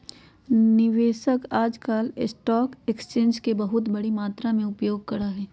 निवेशक आजकल stock exchange के बहुत बडी मात्रा में उपयोग करा हई